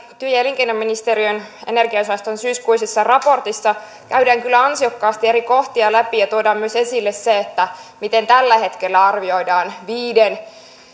työ ja elinkeinoministeriön energiaosaston syyskuisessa raportissa käydään kyllä ansiokkaasti eri kohtia läpi ja tuodaan myös se esille miten tällä hetkellä arvioidaan viiden